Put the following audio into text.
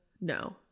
No